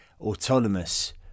autonomous